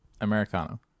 americano